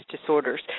disorders